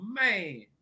man